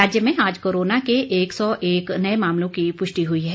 राज्य में आज कोरोना के एक सौ एक नए मामलों की पुष्टि हुई है